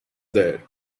there